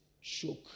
shook